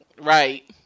Right